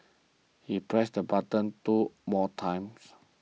he pressed the button two more times